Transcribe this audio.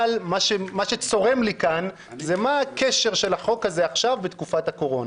אבל מה שצורם לי כאן זה מה הקשר של החוק הזה עכשיו בתקופת הקורונה.